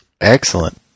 Excellent